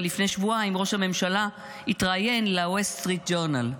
אבל לפני שבועיים ראש הממשלה התראיין לוול סטריט ג'ורנל.